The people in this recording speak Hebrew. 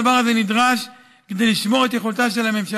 הדבר הזה נדרש כדי לשמור את יכולתה של הממשלה